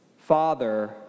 Father